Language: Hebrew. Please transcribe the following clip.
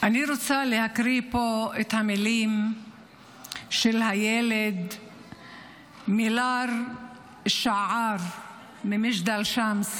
אני רוצה להקריא פה את המילים של הילד מילאד שאער ממג'דל א-שמס,